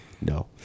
No